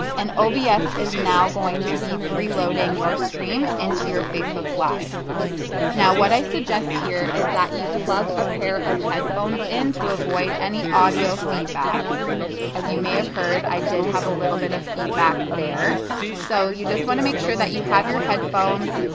and ah obs is now going to be pre loading your stream into your facebook live now. what i suggest here is that you plug a pair of headphones in to avoid any audio feedback as you may have heard i did have a little bit of feedback there so you just want to make sure that you have your headphones.